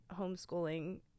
homeschooling